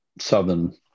Southern